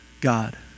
God